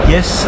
Yes